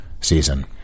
season